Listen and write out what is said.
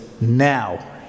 now